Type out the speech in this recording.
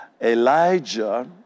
Elijah